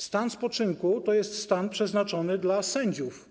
Stan spoczynku to jest stan przeznaczony dla sędziów.